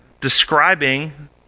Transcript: describing